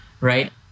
right